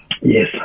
Yes